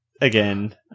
again